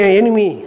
enemy